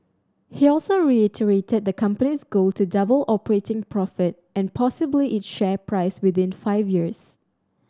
he also reiterated the company's goal to double operating profit and possibly its share price within five years